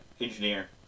engineer